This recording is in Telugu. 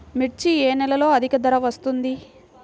మిర్చి ఏ నెలలో అధిక ధర వస్తుంది?